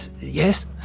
yes